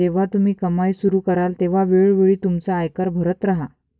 जेव्हा तुम्ही कमाई सुरू कराल तेव्हा वेळोवेळी तुमचा आयकर भरत राहा